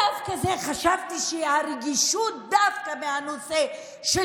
חשבתי שהרגישות אצלכם דווקא מהנושא של